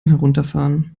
herunterfahren